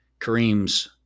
Kareem's